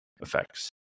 effects